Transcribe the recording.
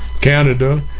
Canada